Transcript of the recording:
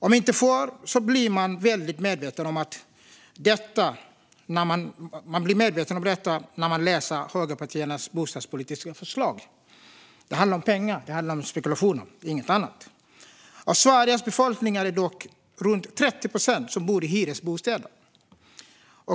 Om inte förr så blir man väldigt medveten om detta när man läser högerpartiernas bostadspolitiska förslag. Det handlar om pengar och spekulation, ingenting annat. Av Sveriges befolkning är det dock runt 30 procent som bor i hyresbostäder.